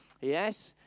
Yes